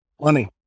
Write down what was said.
Money